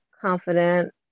confident